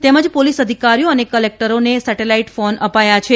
તેમજ પોલિસ અધિકારીઓ અને ક્લેક્ટરોને સેટેલાઇટ ફોન અપાયા છે